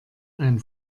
ein